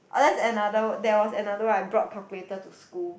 there was another there was another one I brought calculator to school